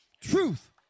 Truth